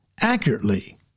accurately